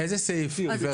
איזה סעיף, גברת בנימין?